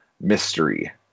mystery